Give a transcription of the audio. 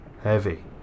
heavy